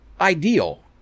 ideal